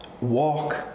walk